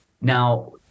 Now